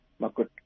Makut